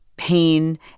pain